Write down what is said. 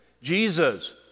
Jesus